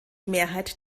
mehrheit